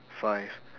five